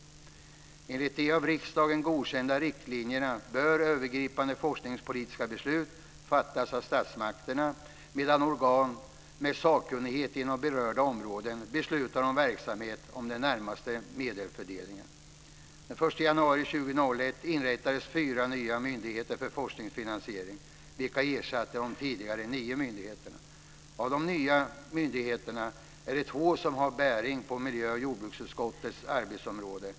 Enligt de av riksdagen godkända riktlinjerna bör övergripande forskningspolitiska beslut fattas av statsmakterna, medan organ med sakkunnighet inom berörda områden beslutar om verksamheten och den närmaste medelfördelningen. Den 1 januari 2001 inrättades fyra nya myndigheter för forskningsfinansiering, vilka ersatte de tidigare nio myndigheterna. Av de nya myndigheterna är det två som har bäring på miljö och jordbruksutskottets arbetsområde.